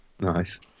Nice